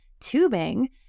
tubing